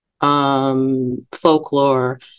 folklore